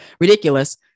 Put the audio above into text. ridiculous